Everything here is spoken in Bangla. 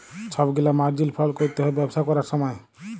ছব গিলা মার্জিল ফল ক্যরতে হ্যয় ব্যবসা ক্যরার সময়